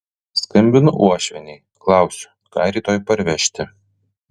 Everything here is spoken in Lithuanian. skambinu uošvienei klausiu ką rytoj parvežti